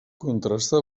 contrasta